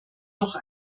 noch